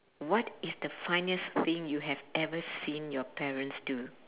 what is the funniest thing you have ever seen your parents do